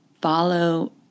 follow